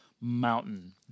mountain